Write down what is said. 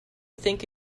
think